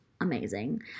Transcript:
amazing